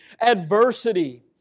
adversity